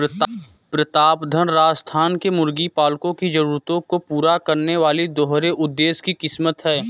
प्रतापधन राजस्थान के मुर्गी पालकों की जरूरतों को पूरा करने वाली दोहरे उद्देश्य की किस्म है